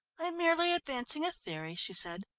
i'm merely advancing a theory, she said,